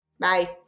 Bye